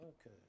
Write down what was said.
Okay